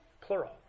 plural